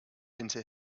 into